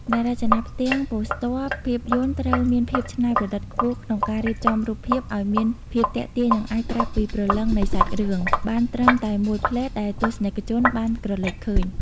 អ្នករចនាផ្ទាំងប៉ូស្ទ័រភាពយន្តត្រូវមានភាពច្នៃប្រឌិតខ្ពស់ក្នុងការរៀបចំរូបភាពឱ្យមានភាពទាក់ទាញ និងអាចប្រាប់ពីព្រលឹងនៃសាច់រឿងបានត្រឹមតែមួយភ្លែតដែលទស្សនិកជនបានក្រឡេកឃើញ។